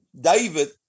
David